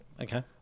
Okay